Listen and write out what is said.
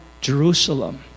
Jerusalem